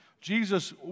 Jesus